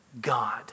God